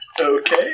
Okay